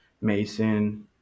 Mason